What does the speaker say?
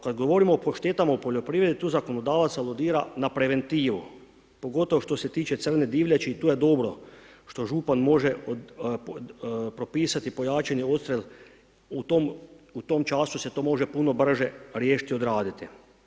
Kad govorimo o štetama u poljoprivredi, tu zakonodavac aludira na preventivu, pogotovo što se tiče crne divljači, i to je dobro što župan može propisati pojačani odstrel u tom času se to može puno brže riješiti i odraditi.